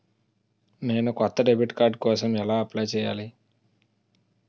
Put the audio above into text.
నేను కొత్త debit card కోసం ఎలా అప్లయ్ చేయాలి?